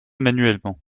manuellement